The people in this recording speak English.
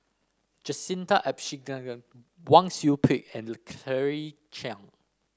Jacintha Abisheganaden Wang Sui Pick and Claire Chiang